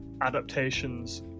adaptations